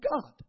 God